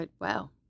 Wow